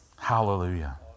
Hallelujah